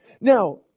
Now